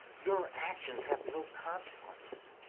your actions have no consequences.